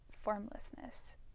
formlessness